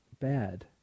bad